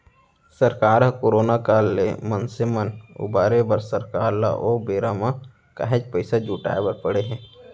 सरकार ह करोना काल ले मनसे मन उबारे बर सरकार ल ओ बेरा म काहेच पइसा जुटाय बर पड़े हे